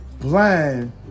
blind